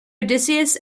odysseus